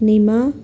Nima